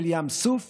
של ים סוף